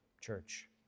church